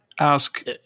ask